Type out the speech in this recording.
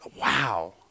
Wow